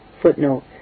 footnote